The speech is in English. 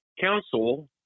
council